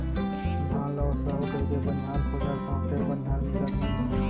धान ल ओसाहू कहिके बनिहार खोजत हँव फेर बनिहार मिलत नइ हे